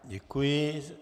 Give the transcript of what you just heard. Děkuji.